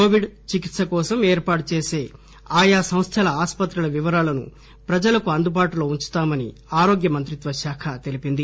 Covid చికిత్ప కోసం ఏర్పాటు చేసీ ఆయా సంస్థల ఆసుపత్రుల వివరాలను ప్రజలకు అందుబాటులో ఉంచుతామని ఆరోగ్యమంత్రిత్వ శాఖ తెలిపింది